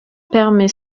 permet